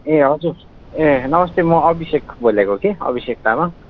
ए हजुर ए नमस्ते म अभिषेक बोलेको के अभिषेक तामाङ